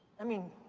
i mean,